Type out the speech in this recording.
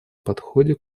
подходе